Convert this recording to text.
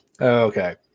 Okay